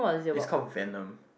it's called Venom